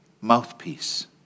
mouthpiece